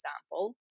example